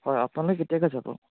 হয় আপোনালোক কেতিয়াকে যাব